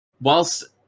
Whilst